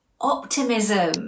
optimism